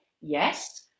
Yes